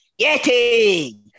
Yeti